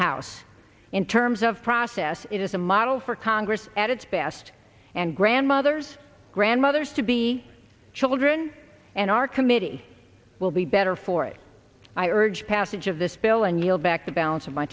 house in terms of process it is a model for congress at its best and grandmothers grandmothers to be children and our committee will be better for it i urge passage of this bill and yield back the balance of my